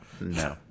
No